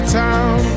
town